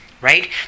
right